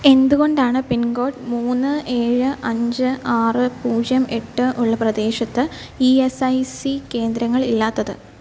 എന്തുകൊണ്ടാണ് പിൻകോഡ് മൂന്ന് ഏഴ് അഞ്ച് അറ് പൂജ്യം എട്ട് ഉള്ള പ്രദേശത്ത് ഇ എസ് ഐ സി കേന്ദ്രങ്ങൾ ഇല്ലാത്തത്